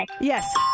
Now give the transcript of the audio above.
Yes